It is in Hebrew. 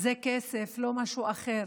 זה כסף, לא משהו אחר.